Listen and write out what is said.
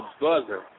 buzzer